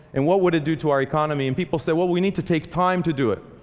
and what would it do to our economy? and people said, well we need to take time to do it.